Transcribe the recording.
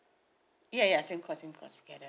ya ya same course same course together